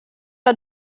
are